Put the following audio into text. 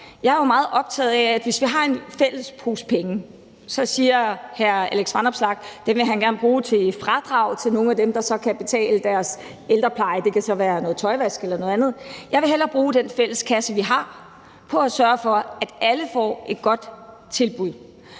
fair nok. Lad os sige, vi har en fælles pose penge. Så siger hr. Alex Vanopslagh, at dem vil han gerne bruge til fradrag til nogle af dem, der så kan betale deres ældrepleje. Det kan være noget tøjvask eller noget andet. Jeg vil hellere bruge den fælles kasse, vi har, på at sørge for, at alle får et godt tilbud.